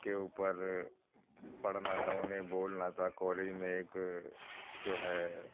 کے اوپر پڑھنا تھا اُنہیں بولنا تھا کالج میں ایک جو ہے